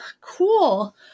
cool